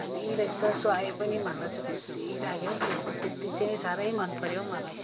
दामी रहेछ सुहायो पनि भन्दा चाहिँ खुसी लाग्यो हौ त्यति चाहिँ साह्रै मनपऱ्यो हौ मलाई